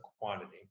quantity